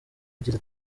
ugira